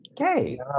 Okay